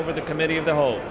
over the committee of the whole